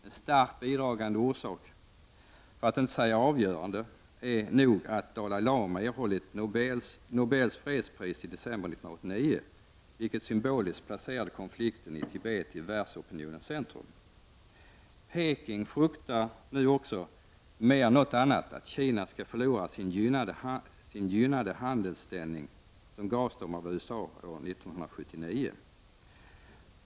En starkt bidragande orsak, för att inte säga avgörande, är nog att Dalai Lama erhållit Nobels fredspris i december 1989, vilket symboliskt placerade konflikten i Tibet i världsopinionens centrum. Peking fruktar nu också mer än något annat att Kina skall förlora sin gynnade handelsställning som gavs av USA år 1979.